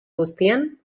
guztian